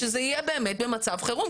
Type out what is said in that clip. שזה יהיה באמת במצב חירום.